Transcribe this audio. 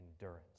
endurance